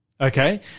Okay